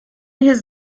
his